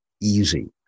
easy